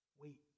wait